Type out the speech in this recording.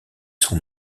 sont